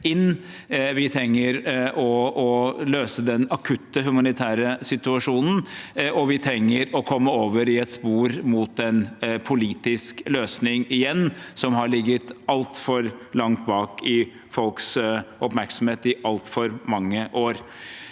vi trenger å løse den akutte humanitære situasjonen, og vi trenger å komme over i et spor mot en politisk løsning igjen, som har ligget altfor langt bak i folks oppmerksomhet i altfor mange år.